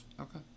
Okay